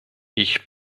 ich